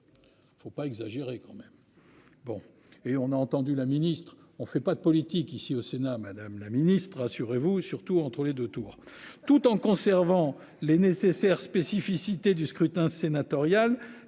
Il ne faut pas exagérer quand même.